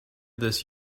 this